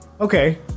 okay